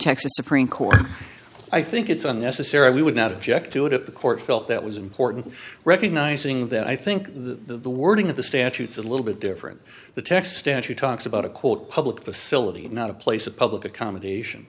texas supreme court i think it's unnecessary we would not object to it at the court felt that was important recognizing that i think the wording of the statutes a little bit different the text entry talks about a quote public facility not a place of public accommodation